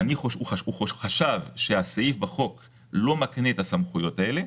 הוא חשב שהסעיף בחוק לא מקנה את הסמכויות האלה,